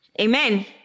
Amen